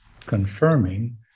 confirming